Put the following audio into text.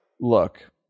look